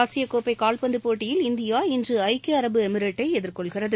ஆசிய கோப்பை கால்பந்து போட்டியில் இந்தியா இன்று ஐக்கிய அரபு எமிரேட்டை எதிர்கொள்கிறது